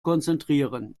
konzentrieren